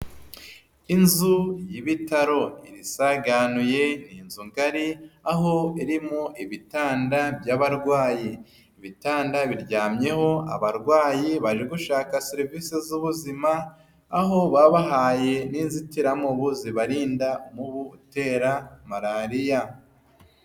Inzu y'ibitaro isaganuye ni inzu ngari aho irimo ibitanda by'abarwayi bitanda biryamyeho abarwayi bari gushaka serivisi z'ubuzima aho babahaye n'inzitiramubu zibarinda umuntu utera malariya.